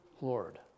Lord